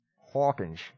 Hawkins